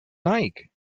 like